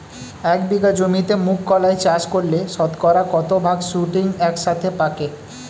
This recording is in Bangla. এক বিঘা জমিতে মুঘ কলাই চাষ করলে শতকরা কত ভাগ শুটিং একসাথে পাকে?